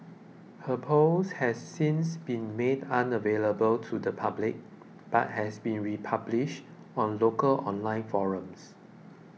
her post has since been made unavailable to the public but has been republished on local online forums